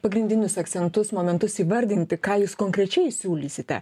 pagrindinius akcentus momentus įvardinti ką jūs konkrečiai siūlysite